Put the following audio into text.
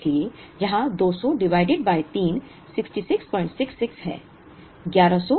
इसलिए यहां 200 divided by 3 6666 है